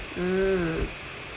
mm